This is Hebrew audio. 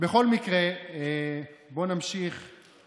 ישבנו בוועדת החוקה ביחד וקבענו דיון על זה שמערכת המשפט,